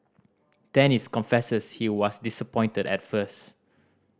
Dennis confesses he was disappointed at first